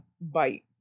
bite